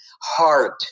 heart